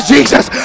Jesus